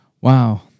wow